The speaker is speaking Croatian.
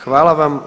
Hvala vam.